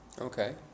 Okay